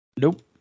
Nope